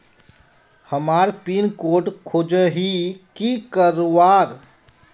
हमार pin code खोजोही की करवार?